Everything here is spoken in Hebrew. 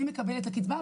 מי מקבל את הקצבה?